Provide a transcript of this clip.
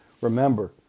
Remember